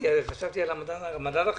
חשבתי שאתה מדבר על המדד החברתי.